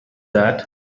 that